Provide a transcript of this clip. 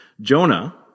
Jonah